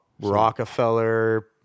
Rockefeller